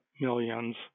millions